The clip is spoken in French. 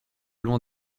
loin